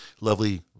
lovely